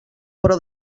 però